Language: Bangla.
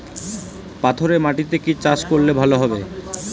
পাথরে মাটিতে কি চাষ করলে ভালো হবে?